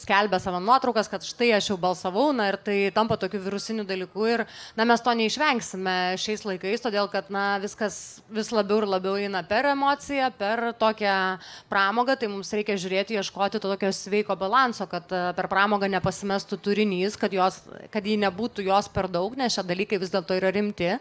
skelbia savo nuotraukas kad štai aš jau balsavau ir tai tampa tokiu virusiniu dalyku ir na mes to neišvengsime šiais laikais todėl kad na viskas vis labiau ir labiau eina per emociją per tokią pramogą tai mums reikia žiūrėti ieškoti to tokio sveiko balanso kad per pramogą nepasimestų turinys kad jos kad ji nebūtų jos per daug nes čia dalykai vis dėlto yra rimti